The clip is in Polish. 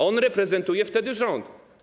On reprezentuje wtedy rząd.